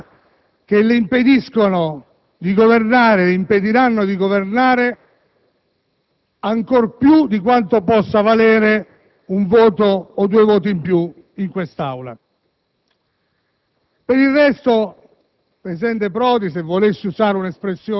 tra le componenti della sua composita maggioranza che le impediscono e le impediranno di governare ancor più di quanto possa valere un voto o due voti in più in quest'Aula.